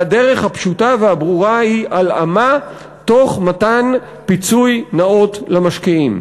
והדרך הפשוטה והברורה היא הלאמה תוך מתן פיצוי נאות למשקיעים.